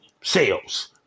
sales